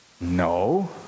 No